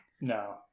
no